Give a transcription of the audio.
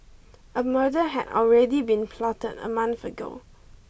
a murder had already been plotted a month ago